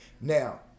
Now